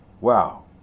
Wow